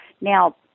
now